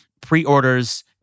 pre-orders